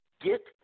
get